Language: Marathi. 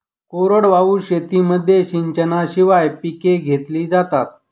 कोरडवाहू शेतीमध्ये सिंचनाशिवाय पिके घेतली जातात